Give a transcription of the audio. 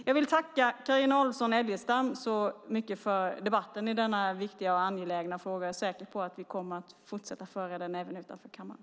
Jag vill tacka Carina Adolfsson Elgestam så mycket för debatten i denna viktiga och angelägna fråga. Jag är säker på att vi kommer att fortsätta att föra den även utanför kammaren.